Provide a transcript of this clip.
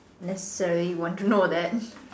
necessarily want to know that